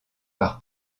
par